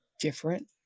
different